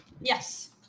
Yes